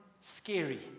scary